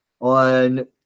on